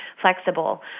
flexible